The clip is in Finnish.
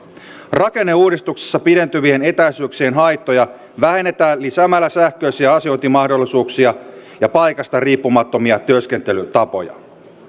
rakenneuudistuksessa pidentyvien etäisyyksien haittoja vähennetään lisäämällä sähköisiä asiointimahdollisuuksia ja paikasta riippumattomia työskentelytapoja